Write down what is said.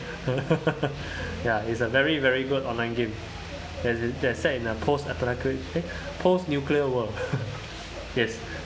ya it's a very very good online game that's that set in a post eh post nuclear world yes